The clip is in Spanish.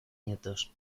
nietos